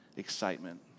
Excitement